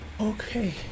Okay